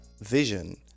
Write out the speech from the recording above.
vision